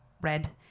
red